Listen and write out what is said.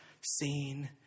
seen